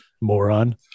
Moron